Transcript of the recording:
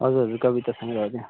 हजुर हजुर कविता सङ्ग्रह हैन